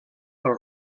pels